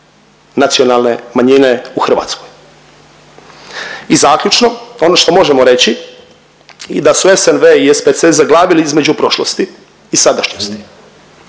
nacionalne manjine u Hrvatskoj i zaključno ono što možemo reći i da su SNV i SPC zaglavili između prošlosti i sadašnjosti.